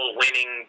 winning